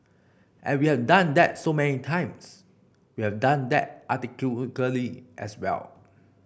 and we have done that so many times we have done that architecturally as well